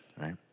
right